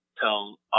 tell